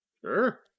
Sure